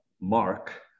mark